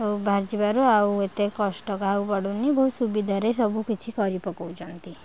ଆଉ ବାହାରି ଯିବାରୁ ଆଉ ଏତେ କଷ୍ଟ କାହାକୁ ପଡୁନି ବହୁତ ସୁବିଧାରେ ସବୁ କିଛି କରି ପକଉଛନ୍ତି